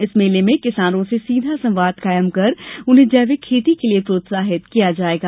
इस मेले में किसानों से सीधा संवाद कायम कर उन्हें जैविक खेती के लिए प्रोत्साहित किया जाएगा